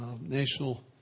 national